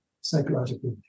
psychologically